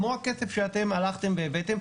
כמו הכסף שהלכתם והבאתם,